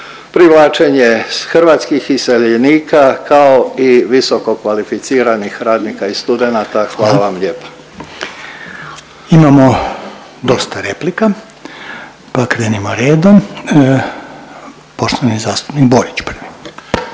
privlačenje hrvatskih iseljenika kao i visokokvalificiranih radnika i studenata. Hvala vam lijepa. **Reiner, Željko (HDZ)** Hvala. Imamo dosta replika pa krenimo redom. Poštovani zastupnik Borić prvi.